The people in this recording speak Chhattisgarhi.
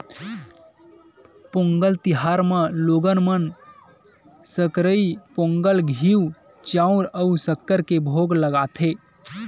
पोंगल तिहार म लोगन मन सकरई पोंगल, घींव, चउर अउ सक्कर के भोग लगाथे